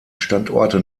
standorte